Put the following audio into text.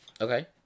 Okay